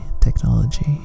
technology